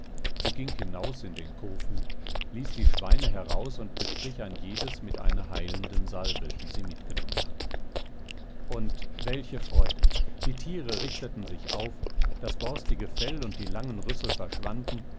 sie ging hinaus in den kosen ließ die schweine heraus und bestrich ein jedes mit einer heilenden salbe die sie mitgenommen hatte und welche freude die tiere richteten sich auf das borstige fell und die langen rüssel verschwanden